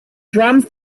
drums